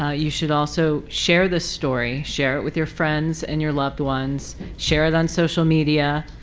ah you should also share this story share it with your friends and your loved ones share it on social media.